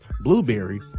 Blueberry